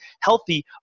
healthy